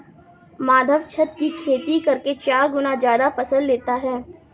माधव छत की खेती करके चार गुना ज्यादा फसल लेता है